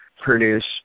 produce